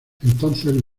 entonces